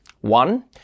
One